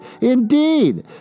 Indeed